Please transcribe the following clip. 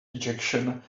ejection